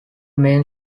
main